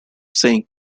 saying